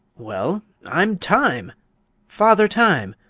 well, i'm time father time!